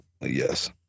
yes